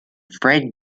fred